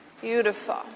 Beautiful